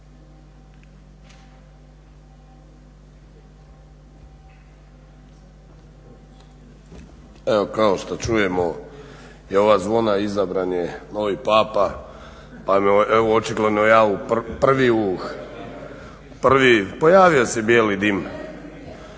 Evo kao što čujemo i ova zvona, izabran je novi papa, evo očigledno ja prvi, pojavio se bijeli dim,